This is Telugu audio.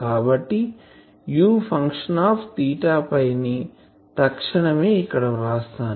కాబట్టి U ని తక్షణమే ఇక్కడ వ్రాస్తాను